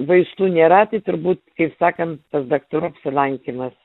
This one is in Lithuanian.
vaistų nėra tai turbūt kaip sakant pas daktarų apsilankymas